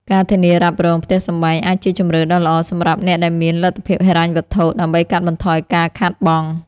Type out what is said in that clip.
ការធានារ៉ាប់រងផ្ទះសម្បែងអាចជាជម្រើសដ៏ល្អសម្រាប់អ្នកដែលមានលទ្ធភាពហិរញ្ញវត្ថុ ដើម្បីកាត់បន្ថយការខាតបង់។